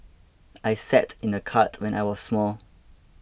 I sat in a cart when I was small